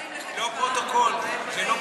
זה לא פרוטוקול, זה תמצית.